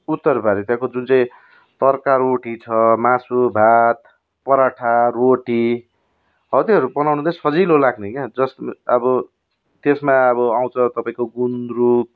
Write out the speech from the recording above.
उत्तर भारतीयको जुन चाहिँ तर्का रोटी छ मासु भात पराठा रोटी हौ त्योहरू बनाउनु चाहिँ सजिलो लाग्ने क्या जस अब त्यसमा अब आउँछ तपाईँको गुन्द्रुक